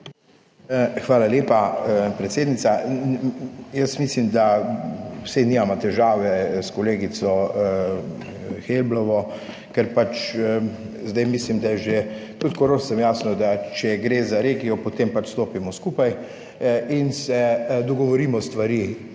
Hvala lepa, predsednica. Jaz mislim, da, saj nimam težave s kolegico Helblovo, ker pač zdaj misli, da je že tudi Korošcem jasno, da če gre za regijo, potem pač stopimo skupaj in se dogovorimo stvari.